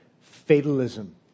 Fatalism